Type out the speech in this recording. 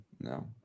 no